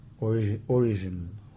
origin